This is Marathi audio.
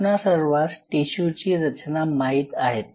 आपणा सर्वास टिशूंची संरचना माहीत आहेच